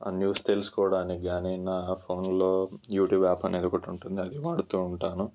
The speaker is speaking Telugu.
ఆ న్యూస్ తెలుసుకోడానికి గానీ నా ఫోన్లో యూట్యూబ్ యాప్ అనేది ఒకటుంటుంది అది వాడుతూ ఉంటాను